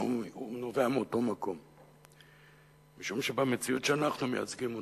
משום שבמציאות שאנחנו מייצגים אותה,